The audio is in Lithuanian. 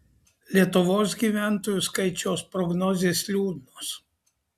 lietuvos gyventojų skaičiaus prognozės liūdnos